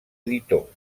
editor